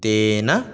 तेन